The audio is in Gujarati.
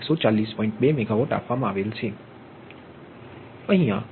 2 મેગાવોટ આપવામાં આવેલ છે